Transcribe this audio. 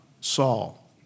Saul